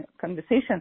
conversation